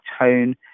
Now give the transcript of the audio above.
tone